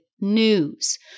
news